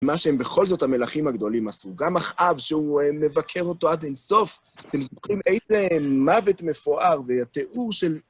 מה שהם בכל זאת, המלכים הגדולים עשו, גם אחאב, שהוא מבקר אותו עד אינסוף. אתם זוכרים איזו מוות מפואר והתיאור של...